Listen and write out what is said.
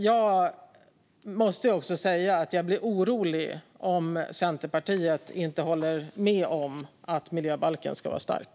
Jag måste också säga att jag blir orolig om Centerpartiet inte håller med om att miljöbalken ska vara stark.